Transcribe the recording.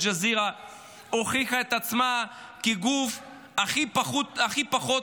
ואל-ג'זירה הוכיחה את עצמה כגוף הכי פחות